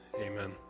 Amen